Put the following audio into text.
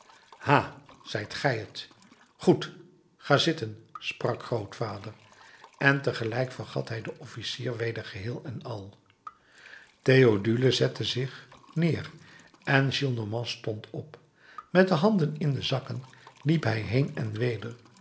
ha zijt gij t goed ga zitten sprak grootvader en tegelijk vergat hij den officier weder geheel en al theodule zette zich neêr en gillenormand stond op met de handen in de zakken liep hij heên en weder